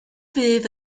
fydd